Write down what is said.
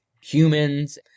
humans